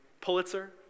Pulitzer